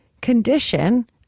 condition